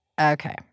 Okay